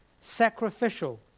sacrificial